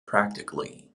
practically